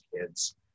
kids